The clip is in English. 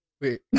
Wait